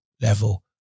level